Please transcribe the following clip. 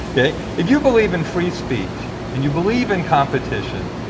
okay? if you believe in free speech, and you believe in competition,